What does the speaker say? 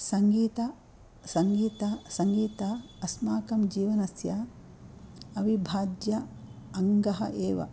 सङ्गीत सङ्गीत सङ्गीतम् अस्माकं जीवनस्य अविभाज्य अङ्गः एव